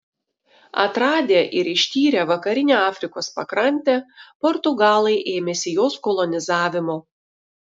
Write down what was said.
atradę ir ištyrę vakarinę afrikos pakrantę portugalai ėmėsi jos kolonizavimo